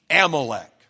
Amalek